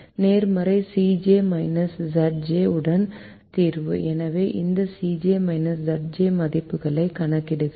நேர்மறை Cj Zj உடன் தீர்வு எனவே இந்த Cj Zj மதிப்புகளை கணக்கிடுகிறோம்